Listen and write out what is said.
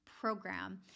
program